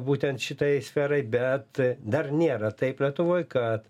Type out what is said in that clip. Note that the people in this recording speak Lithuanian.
būtent šitai sferai bet dar nėra taip lietuvoj kad